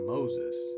Moses